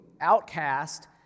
outcast